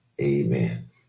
Amen